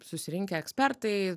susirinkę ekspertai